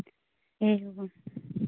एवम्